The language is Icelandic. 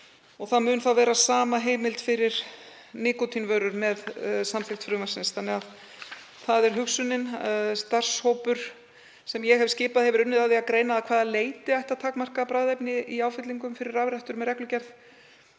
Það mun þá vera sama heimild fyrir nikótínvörur með samþykkt frumvarpsins. Það er hugsunin. Starfshópur sem ég hef skipað hefur unnið að því að greina að hvaða leyti ætti að takmarka bragðefni í áfyllingum fyrir rafrettur með reglugerð